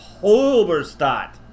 Holberstadt